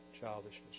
childishness